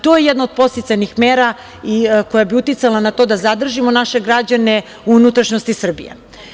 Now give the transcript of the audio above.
To je jedna od podsticajnih mera koja bi uticala na to da zadržimo naše građane u unutrašnjosti Srbije.